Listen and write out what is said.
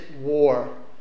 war